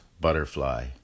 butterfly